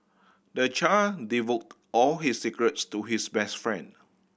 the child divulged all his secrets to his best friend